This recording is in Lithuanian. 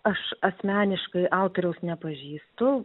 aš asmeniškai autoriaus nepažįstu